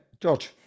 George